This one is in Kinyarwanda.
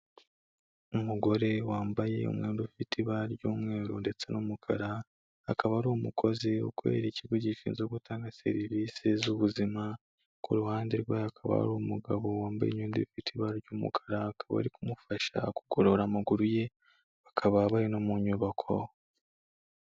Umugore wambaye umwenda ufite ibara ry'umweru ndetse n'umukara, akaba ari umukozi ukorera ikigo gishinzwe gutanga serivisi z'ubuzima, ku ruhande rwe akaba ari umugabo wambaye imyenda ifite ibara ry'umukara, akaba ari kumufasha gugorora amaguru ye, bakaba bari no mu nyubako.